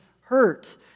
hurt